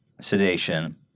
sedation